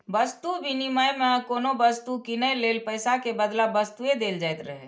वस्तु विनिमय मे कोनो वस्तु कीनै लेल पैसा के बदला वस्तुए देल जाइत रहै